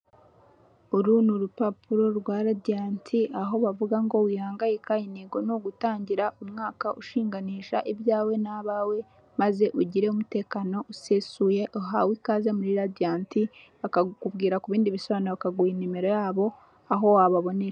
Uru ni urupapuro rwa Radianti, aho bavuga ngo wihangayika intego ni ugutangira umwaka ushinganisha ibyawe n'abawe, maze ugire umutekano usesuye uhawe ikaze muri Radiant bakakubwira ku bindi bisobanuro, bakaguha nimero ya bo aho wababonera.